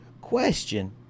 question